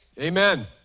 Amen